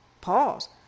Pause